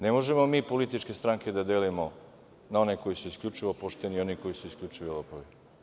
Ne možemo mi političke stranke da delimo na one koje su isključivo poštene i one koji su isključivo lopovi.